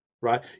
right